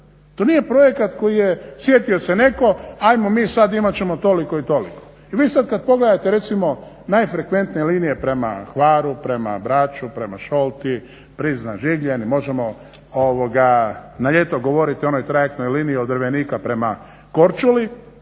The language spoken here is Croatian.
To nije projekata koji se sjetio netko ajmo mi sada imat ćemo toliko i toliko. I vi sada kada pogledate recimo najfrekventnije linije prema Hvaru, prama Braču, prema Šolti, Prizna Življen možemo na ljeto govoriti o onoj trajektnoj liniji od Drvenika prema Korčuli,